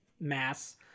mass